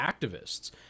activists